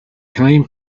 came